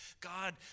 God